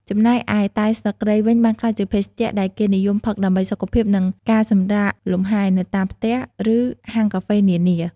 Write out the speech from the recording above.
ចំណែកឯតែស្លឹកគ្រៃ វិញបានក្លាយជាភេសជ្ជៈដែលគេនិយមផឹកដើម្បីសុខភាព និងការសម្រាកលំហែ នៅតាមផ្ទះ ឬហាងកាហ្វេនានា។